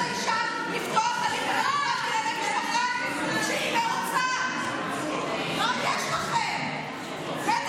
את מכריחה את האישה לפתוח הליך בבית המשפט לענייני משפחה כשהיא לא רוצה.